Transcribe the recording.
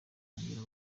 kongera